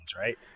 right